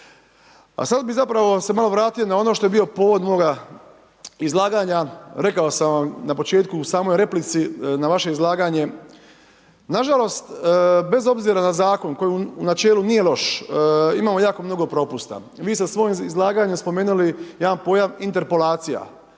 A sada bih zapravo se malo vratio na ono što je bio povod moga izlaganja. Rekao sam vam na početku u samoj replici na vaše izlaganje. Nažalost, bez obzira na Zakon koji u načelu nije loš, imamo jako mnogo propusta. Vi sa svojim izlaganjem spomenuli jedan pojam interpolacija.